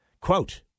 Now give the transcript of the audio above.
Quote